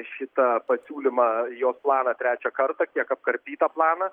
šitą pasiūlymą jos planą trečią kartą kiek apkarpytą planą